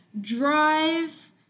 drive